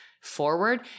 forward